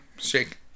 shake